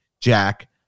Jack